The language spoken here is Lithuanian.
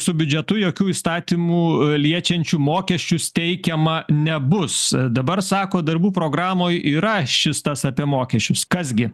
su biudžetu jokių įstatymų liečiančių mokesčius teikiama nebus dabar sako darbų programoj yra šis tas apie mokesčius kas gi